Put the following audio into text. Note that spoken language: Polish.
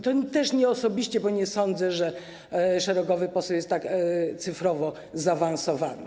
To też nie osobiście, bo nie sądzę, że szeregowy poseł jest tak cyfrowo zaawansowany.